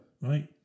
right